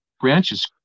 branches